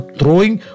throwing